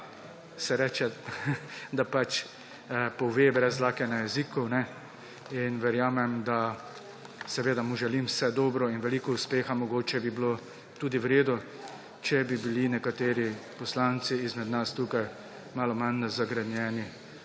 se reče, da pač pove brez dlake na jeziku. Seveda mu želim vse dobro in veliko uspeha. Mogoče bi bilo tudi v redu, če bi bili nekateri poslanci izmed nas tukaj malo manj zagrenjeni,